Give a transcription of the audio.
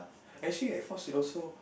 actually at Fort Siloso